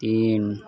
তিন